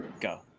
go